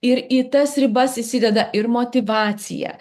ir į tas ribas įsideda ir motyvacija